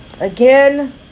again